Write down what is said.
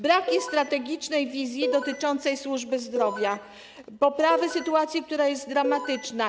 Brak jest strategicznej wizji dotyczącej służby zdrowia, brak poprawy sytuacji, która jest dramatyczna.